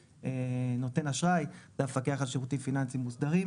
נותן אשראי המפקח לשירותים פיננסיים מוסדרים